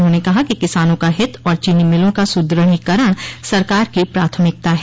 उन्होंने कहा कि किसानों का हित और चीनी मिलों का सुदृढीकरण सरकार की प्राथमिकता है